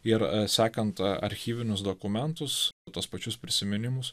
ir sekant archyvinius dokumentus tuos pačius prisiminimus